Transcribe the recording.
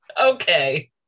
Okay